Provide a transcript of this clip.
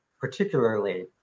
particularly